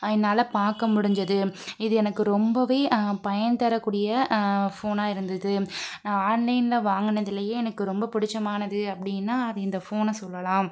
என்னால் பார்க்க முடிஞ்சது இது எனக்கு ரொம்பவே பயன்தரக்கூடிய ஃபோனாக இருந்தது நான் ஆன்லைன் வாங்கினதுலயே எனக்கு ரொம்ப பிடிச்சமானது அப்படின்னா அது இந்த ஃபோனை சொல்லலாம்